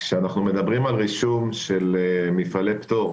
כשאנחנו מדברים על רישום של מפעלי פטור,